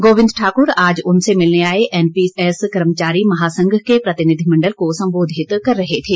गोविंद ठाकुर आज उनसे मिलने आए एनपीएस कर्मचारी महासंघ के प्रतिनिधिमंडल को संबोधित कर रहे थे